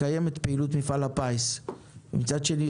לקיים את הפעילות של מפעל הפיס ומצד שני,